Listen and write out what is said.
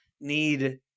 need